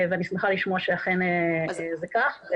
ואני שמחה לשמוע שאכן זה כך.